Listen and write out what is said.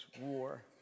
war